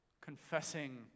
Confessing